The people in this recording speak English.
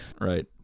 Right